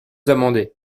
amendé